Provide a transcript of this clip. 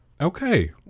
Okay